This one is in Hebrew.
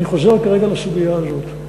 אני חוזר כרגע לסוגיה הזאת,